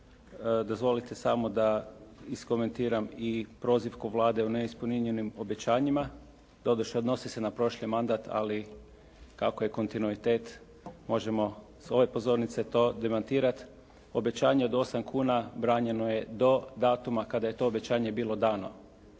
dozvolite samo da iskomentiram i prozivku Vlade o neispunjenim obećanjima, doduše odnosi se na prošli mandat, ali kako je kontinuitet možemo s ove pozornice to demantirati. Obećanje od 8 kuna branjeno je do datuma kada je to obećanje bilo dano,